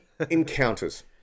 encounters